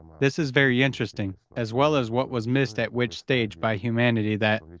this is very interesting, as well as what was missed at which stage by humanity that,